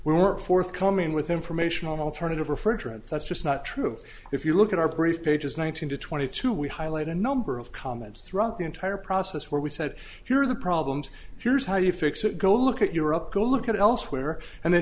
we weren't forthcoming with information on alternative refrigerants that's just not true if you look at our brief pages one thousand to twenty two we highlight a number of comments throughout the entire process where we said here are the problems here's how you fix it go look at europe go look at it elsewhere and they